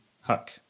Huck